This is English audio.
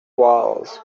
walls